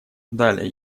далее